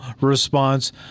response